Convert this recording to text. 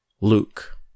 Luke